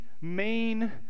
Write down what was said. main